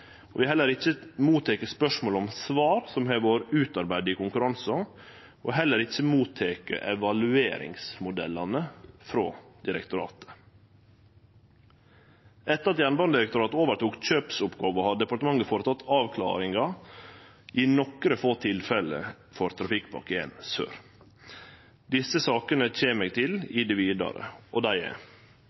konkurransen, og har heller ikkje teke imot evalueringsmodellane frå direktoratet. Etter at Jernbanedirektoratet overtok kjøpsoppgåva, har departementet gjennomført avklaringar i nokre få tilfelle for Trafikkpakke l Sør. Desse sakene kjem eg til i det vidare. Dei er: